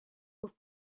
with